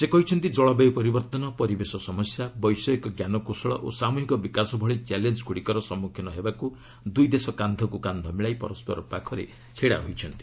ସେ କହିଛନ୍ତି ଜଳବାୟୁ ପରିବର୍ତ୍ତନ ପରିବେଶ ସମସ୍ୟା ବୈଷୟିକ ଜ୍ଞାନକୌଶଳ ଓ ସାମୃହିକ ବିକାଶ ଭଳି ଚ୍ୟାଳେଞ୍ଗୁଡ଼ିକର ସମ୍ମୁଖୀନ ହେବାକୁ ଦୁଇ ଦେଶ କାନ୍ଧକୁ କାନ୍ଧ ମିଳାଇ ପରସ୍କର ପାଖରେ ଛିଡ଼ା ହୋଇଛନ୍ତି